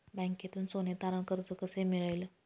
बँकेतून सोने तारण कर्ज कसे मिळेल?